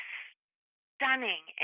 stunning